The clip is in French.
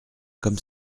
comme